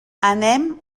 anem